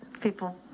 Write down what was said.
people